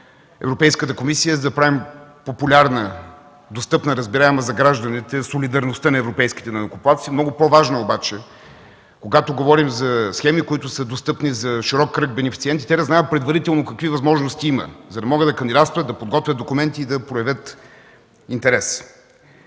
Европейската комисия да правим популярна, достъпна, разбираема за гражданите солидарността на европейските данъкоплатци. Много по-важно е обаче, когато говорим за схеми, които са достъпни за широк кръг бенефициенти, те да знаят предварително какви възможности има, за да могат да кандидатстват, да подготвят документи и да проявят интерес.